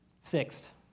Sixth